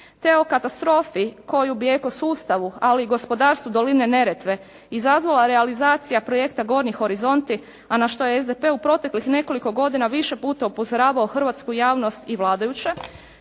te o katastrofi koju bi eko sustavu ali i gospodarstvu doline Neretve izazvala realizacija projekta «Gornji horizonti» a na što je SDP u proteklih nekoliko godina više puta upozoravao hrvatsku javnost i vladajuće,